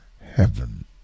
heaven